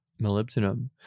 molybdenum